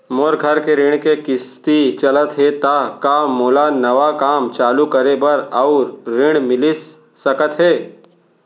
मोर घर के ऋण के किसती चलत हे ता का मोला नवा काम चालू करे बर अऊ ऋण मिलिस सकत हे?